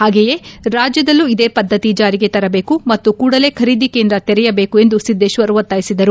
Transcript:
ಹಾಗೆಯೇ ರಾಜ್ಯದಲ್ಲೂ ಇದೇ ಪದ್ದತಿ ಜಾರಿಗೆ ತರಬೇಕು ಮತ್ತು ಕೂಡಲೇ ಖರೀದಿ ಕೇಂದ್ರ ತೆರೆಯಬೇಕೆಂದು ಸಿದ್ದೇಶ್ವರ್ ಒತ್ತಾಯಿಸಿದರು